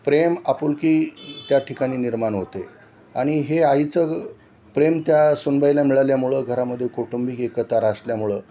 प्रेम आपुलकी त्या ठिकाणी निर्माण होते आणि हे आईचं ग प्रेम त्या सुनबाईला मिळाल्यामुळं घरामध्ये कौटुंबिक एकतार असल्यामुळे